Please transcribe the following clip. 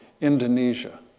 Indonesia